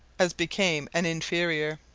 as became an inferior.